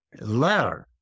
learn